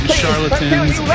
charlatans